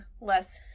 less